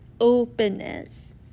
openness